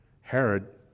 Herod